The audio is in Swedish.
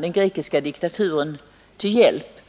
den grekiska diktaturen till hjälp.